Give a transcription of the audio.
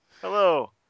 Hello